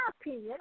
opinion